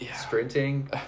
sprinting